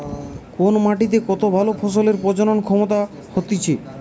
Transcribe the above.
কোন মাটিতে কত ভালো ফসলের প্রজনন ক্ষমতা হতিছে